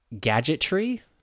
gadgetry